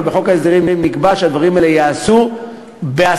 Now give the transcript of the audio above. אבל בחוק ההסדרים נקבע שהדברים האלה ייעשו בהסכמה,